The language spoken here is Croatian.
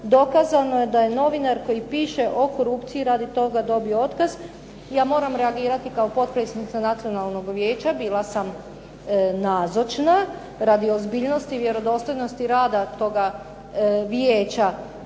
dokazano je da je novinar koji piše o korupciji radi toga dobio otkaz. Ja moram reagirati kao potpredsjednica Nacionalnog vijeća, bila sam nazočna radi ozbiljnosti i vjerodostojnosti rada toga vijeća,